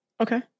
okay